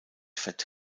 fett